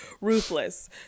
ruthless